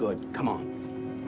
good come o